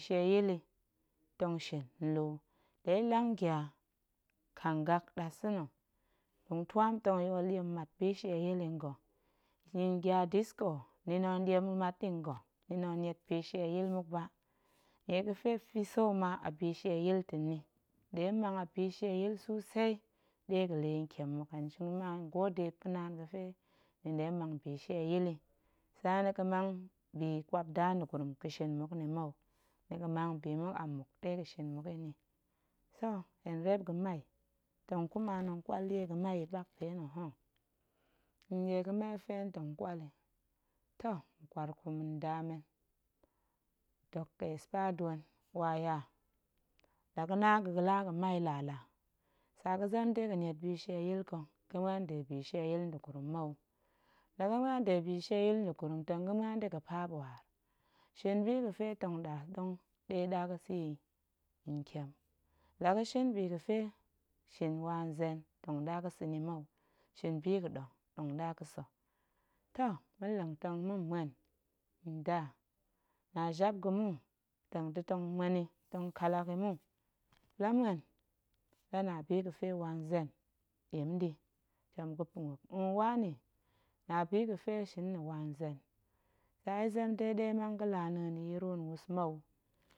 Shieyil tong shin nlu, la ya̱ lang gya kangak ndasa̱na̱, ɗongtuam tong yool ɗiem mat bishieyil yi nga̱ nɗa̱a̱n, gya disko ni nong ɗiem mat yi nga̱, ni nong niet bishieyil muk ba, nnie ga̱fe fiso ma a bishieyil ta̱ nni, ɗe mmang a bishieyil susei ɗe ga̱la̱ yi ntiem muk, hen shin ma, hen gode pa̱ naan ga̱fe ni nɗe mmang bishieyil yi, tsa ni ga̱mang biƙwapnda nda̱gurum ga̱shin mmuk nni mou, ni ga̱mang bi muk a mmuk ɗe ni ga̱shin mmuk yi nni, toh hen reep ga̱mai tong kuma tong ƙwal ɗie ga̱mai yi ɓak mpe nna̱ ho, nɗa̱a̱n ɗie ga̱mai ga̱fe hen tong ƙwal yi, toh ma̱ƙwaarkum ma̱nda men, dok ƙa̱a̱spe dwen wa ya, la ga̱na ga̱laa ga̱mai lala, tsa ga̱niet dega̱ niet bishieyil ga̱ ga̱muan de bishieyil nda̱gurum mou, la ga̱muan de bishieyil nda̱guruum tong ga̱muan da̱ga̱ paap waar, shin bi ga̱fe tong ɗa ɗong ɗe ɗa ga̱sa̱ yi ntiem, la ga̱shin bishin bi ga̱fe shin wa nzen tong ɗa ga̱sa̱ ni mou, shin biga̱ɗong, tong ɗa ga̱sa̱, toh ma̱nleng tong ma̱ mmuen nda na jap ga̱ mu, tong ta̱ tong muen yi tong ƙallak yi mu, muop la muen muop la na bi ga̱pe wa nzen, ɗiem ɗi ga̱tem ga̱pa̱ muop wa nni na bi ga̱fe ga̱shin nna̱ wa nzen, tsa ya̱ zem de ɗe ya̱ mang ga̱lana̱a̱n ya̱ yi ya̱ la̱ nwus mou.